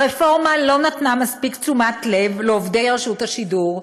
הרפורמה לא נתנה מספיק תשומת לב לעובדי רשות השידור,